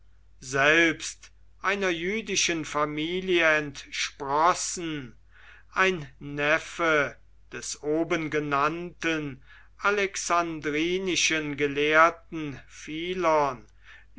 selbst einer jüdischen familie entsprossen ein neffe des oben genannten alexandrinischen gelehrten